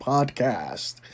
Podcast